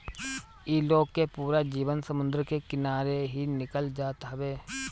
इ लोग के पूरा जीवन समुंदर के किनारे ही निकल जात हवे